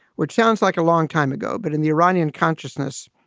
which sounds like a long time ago, but in the iranian consciousness,